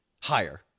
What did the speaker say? higher